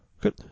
Good